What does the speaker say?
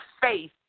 faith